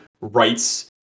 rights